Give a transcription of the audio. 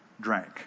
drank